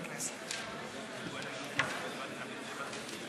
זה עובר לוועדת הכנסת לקביעת הוועדה שתמשיך בטיפול בהצעת